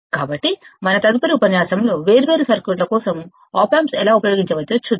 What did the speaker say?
కాబట్టి మన తదుపరి ఉపన్యాసంలో వేర్వేరు సర్క్యూట్ల కోసం ఆప్ ఆంప్స్ ఎలా ఉపయోగించవచ్చో చూద్దాం